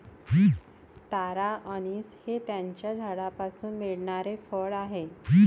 तारा अंनिस हे त्याच्या झाडापासून मिळणारे फळ आहे